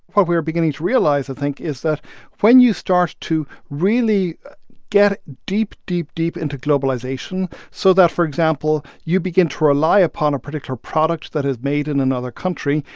what we're beginning to realize and think is that when you start to really get deep, deep, deep into globalization so that, for example, you begin to rely upon a particular product that is made in another country,